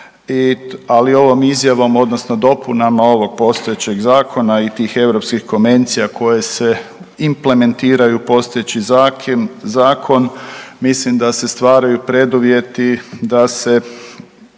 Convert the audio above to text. ali ovom izmjenom odnosno dopunama ovog postojećeg zakona i tih europskih komencija koje se implementiraju postojeći zakon, mislim da se stvaraju preduvjeti da se